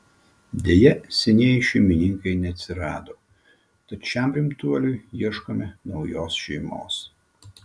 deja senieji šeimininkai neatsirado tad šiam rimtuoliui ieškome naujos šeimos